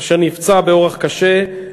אשר נפצע באורח קשה,